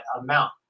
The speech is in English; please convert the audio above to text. amount